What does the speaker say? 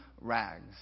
rags